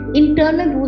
internal